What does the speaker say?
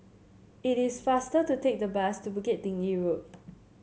it is faster to take the bus to Bukit Tinggi Road